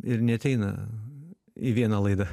ir neateina į vieną laidą